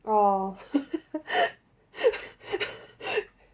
oh